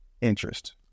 interest